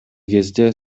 кезде